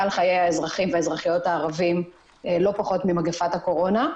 על חיי האזרחים והאזרחיות הערבים לא פחות ממגפת הקורונה.